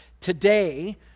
today